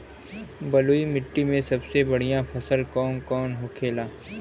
बलुई मिट्टी में सबसे बढ़ियां फसल कौन कौन होखेला?